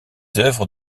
œuvres